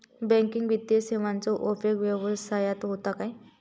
Banking वित्तीय सेवाचो उपयोग व्यवसायात होता काय?